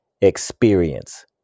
experience